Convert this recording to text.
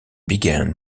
began